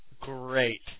great